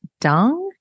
dung